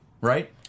right